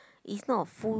it's not a full